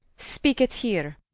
speake it heere.